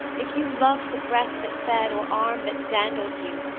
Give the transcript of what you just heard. if you loved the breast that fed or arm that dandled you,